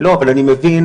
לא, אבל אני מבין,